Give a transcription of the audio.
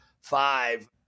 five